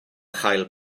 chael